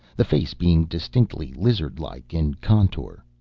the face being distinctly lizard-like in contour.